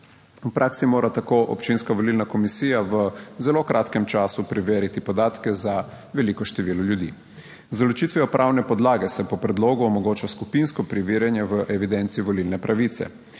V praksi mora tako občinska volilna komisija v zelo kratkem času preveriti podatke za veliko število ljudi. Z določitvijo pravne podlage se po predlogu omogoča skupinsko preverjanje v evidenci volilne pravice.